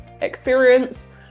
experience